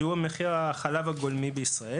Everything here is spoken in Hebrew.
שהוא מחיר החלב הגולמי בישראל,